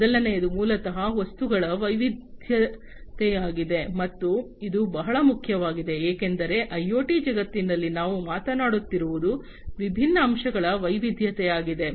ಮೊದಲನೆಯದು ಮೂಲತಃ ವಸ್ತುಗಳ ವೈವಿಧ್ಯತೆಯಾಗಿದೆ ಮತ್ತು ಇದು ಬಹಳ ಮುಖ್ಯವಾಗಿದೆ ಏಕೆಂದರೆ ಐಒಟಿ ಜಗತ್ತಿನಲ್ಲಿ ನಾವು ಮಾತನಾಡುತ್ತಿರುವುದು ವಿಭಿನ್ನ ಅಂಶಗಳ ವೈವಿಧ್ಯತೆಯಾಗಿದೆ